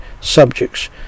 subjects